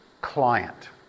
client